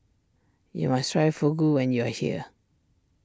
you must try Fugu when you are here